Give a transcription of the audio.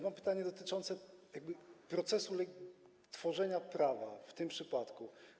Mam pytanie dotyczące procesu tworzenia prawa w tym przypadku.